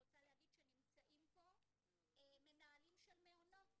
אני רוצה להגיד שנמצאים פה מנהלים של מעונות,